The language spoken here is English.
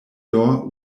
door